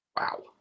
Wow